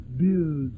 build